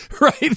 Right